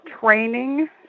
Training